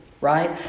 right